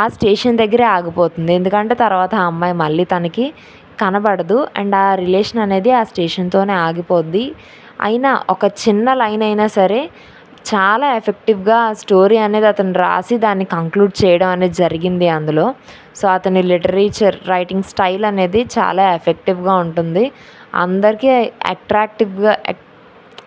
ఆ స్టేషన్ దగ్గిర ఆగిపోతుంది ఎందుకంటే తర్వాత ఆ అమ్మాయి మళ్ళీ తనకి కనబడదు అండ్ ఆ రిలేషన్ అనేది ఆ స్టేషన్తో ఆగిపోద్ది అయిన ఒక చిన్న లైన్ అయిన సరే చాలా ఎఫెక్టివ్గా ఆ స్టోరీ అనేది అతను రాసి దాన్ని కంక్లూడ్ చేయడం అనేది జరిగింది అందులో సో అతని లిటరేచర్ రైటింగ్ స్టైల్ అనేది చాలా ఎఫెక్టివ్గా ఉంటుంది అందరికి అట్రాక్టివ్గా